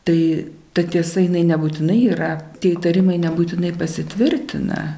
tai ta tiesa jinai nebūtinai yra tie įtarimai nebūtinai pasitvirtina